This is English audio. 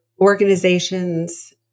organizations